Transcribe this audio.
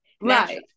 right